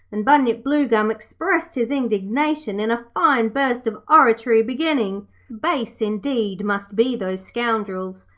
and bunyip bluegum expressed his indignation in a fine burst of oratory, beginning base, indeed, must be those scoundrels,